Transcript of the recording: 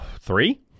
Three